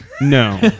No